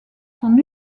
son